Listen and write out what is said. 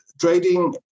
trading